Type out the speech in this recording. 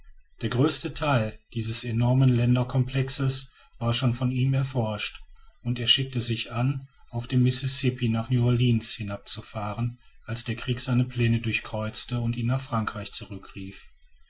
der größte theil dieses enormen ländercomplexes war schon von ihm erforscht und er schickte sich an auf dem mississippi nach neu orleans hinab zu fahren als der krieg seine pläne durchkreuzte und ihn nach frankreich